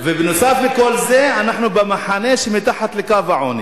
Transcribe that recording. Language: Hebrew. ונוסף על כל זה, אנחנו במחנה שמתחת לקו העוני,